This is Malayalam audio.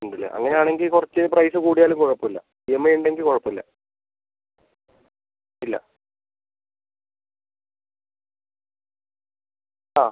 ഉണ്ടല്ലേ അങ്ങനെയാണെങ്കിൽ കുറച്ചു പ്രൈസ് കൂടിയാലും കുഴപ്പമില്ല ഈ എം ഐ ഉണ്ടെങ്കിൽ കുഴപ്പമില്ല ഇല്ല ആ